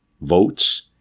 votes